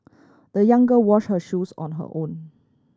the young girl washed her shoes on her own